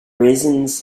reasons